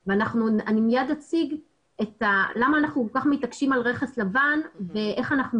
אני מיד אציג למה אנחנו כל כך מתעקשים על רכס לבן ואיך לצערנו אנחנו